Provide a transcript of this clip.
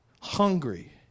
hungry